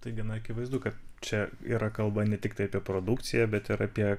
tai gana akivaizdu kad čia yra kalba ne tiktai apie produkciją bet ir apie